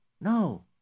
No